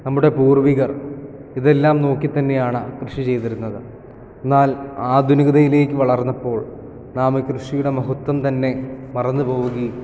നമ്മുടെ പൂർവികർ ഇതെല്ലാം നോക്കി തന്നെയാണ് കൃഷി ചെയ്തിരുന്നത് എന്നാൽ ആധുനികതയിലേക്ക് വളർന്നപ്പോൾ നാം കൃഷിയുടെ മഹത്വം തന്നെ മറന്നു പോവുകയും